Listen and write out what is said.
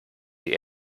die